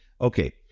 okay